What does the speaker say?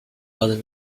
was